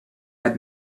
had